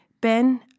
Ben